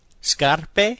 Scarpe